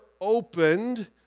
opened